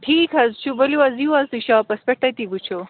ٹھیٖک حظ چھُ ؤلِو حظ یِیُِو حظ تُہۍ شاپَس پٮ۪ٹھ تٔتی وُچھُو